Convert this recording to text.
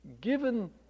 given